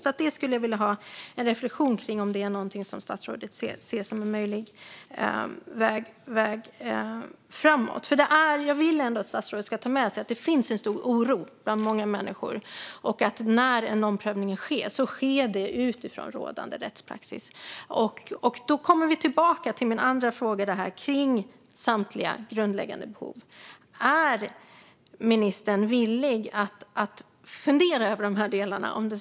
Jag skulle vilja höra en reflektion om det är något som statsrådet ser som en möjlig väg framåt. Jag vill att statsrådet ska ta med sig att det finns en stor oro bland många människor och att när en omprövning sker, då sker den utifrån rådande rättspraxis. Då kommer vi tillbaka till min andra fråga om samtliga grundläggande behov. Är ministern villig att fundera över de här delarna?